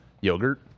yogurt